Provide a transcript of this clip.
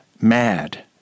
mad